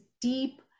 deep